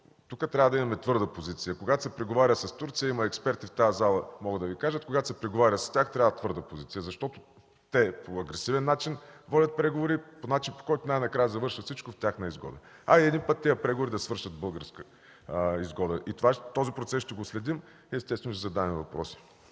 тук трябва да имаме твърда позиция. Когато се преговаря с Турция, в тази зала има експерти и могат да Ви кажат, че когато се преговаря с тях, трябва твърда позиция, защото те водят преговори по агресивен начин, по начин, по който най-накрая завършва всичко в тяхна изгода. Хайде един път тези преговори да свършат в българска изгода! Този процес ще го следим и естествено ще задаваме въпроси.